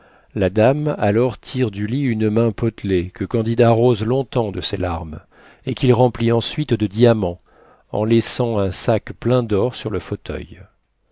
la dame alors tire du lit une main potelée que candide arrose long-temps de ses larmes et qu'il remplit ensuite de diamants en laissant un sac plein d'or sur le fauteuil